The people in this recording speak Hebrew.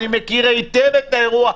אני מכיר היטב את האירוע,